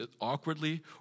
awkwardly